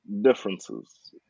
differences